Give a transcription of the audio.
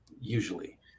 usually